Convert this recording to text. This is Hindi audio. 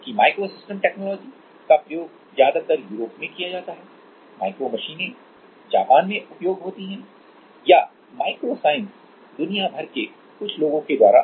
जबकि माइक्रोसिस्टम टेक्नोलॉजी का प्रयोग ज्यादातर यूरोप में किया जाता है तो माइक्रोमशीनें जापान में उपयोग होती है या माइक्रो साइंस दुनिया भर के कुछ लोगों द्वारा